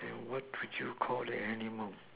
and what would you Call the animal